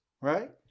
right